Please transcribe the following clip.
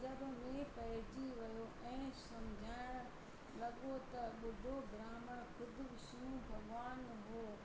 अजब में पइजी वियो ऐं सम्झाइणु लॻो त ॿुढो ब्राहमण ख़ुदि विष्नु भॻिवान हुओ